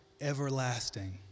everlasting